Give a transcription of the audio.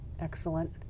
Excellent